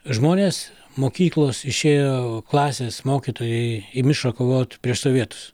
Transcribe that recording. žmonės mokyklos išėjo klasės mokytojai į mišką kovot prieš sovietus